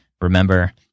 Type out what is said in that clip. Remember